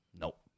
Nope